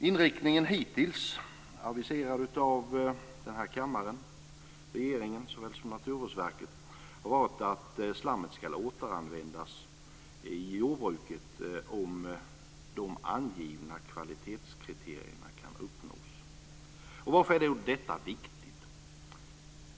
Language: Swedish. Inriktningen hittills, aviserad av såväl den här kammaren som regeringen och Naturvårdsverket, har varit att slammet ska återanvändas i jordbruket om de angivna kvalitetskriterierna kan uppnås. Varför är detta viktigt?